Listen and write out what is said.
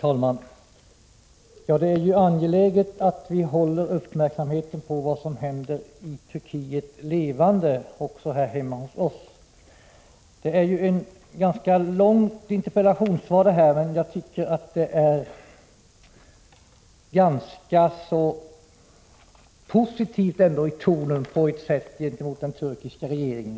Herr talman! Det är angeläget att vi håller uppmärksamheten på vad som händer i Turkiet levande, också här hemma hos oss. Interpellationssvaret är ganska långt, men jag tycker ändå att tonen i det på något sätt är ganska positiv gentemot den turkiska regeringen.